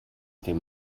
dem